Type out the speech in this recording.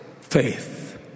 faith